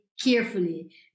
carefully